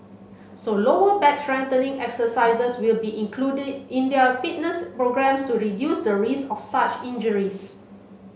so lower back strengthening exercises will be included in their fitness programmes to reduce the risk of such injuries